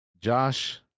Josh